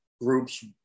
groups